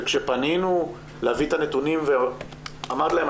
וכשפנינו להביא את הנתונים אמרתי להם,